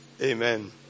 Amen